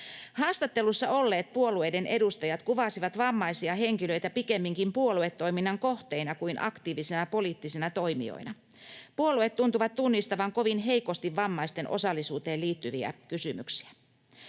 Haastattelussa olleet puolueiden edustajat kuvasivat vammaisia henkilöitä pikemminkin puoluetoiminnan kohteina kuin aktiivisina poliittisina toimijoina. Puolueet tuntuvat tunnistavan kovin heikosti vammaisten osallisuuteen liittyviä kysymyksiä.